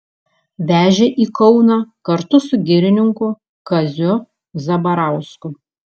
vežė į kauną kartu su girininku kaziu zabarausku